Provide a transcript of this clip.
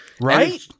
right